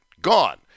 gone